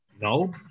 no